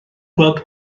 gweld